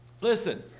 Listen